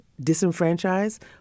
disenfranchise